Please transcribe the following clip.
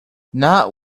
not